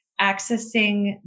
accessing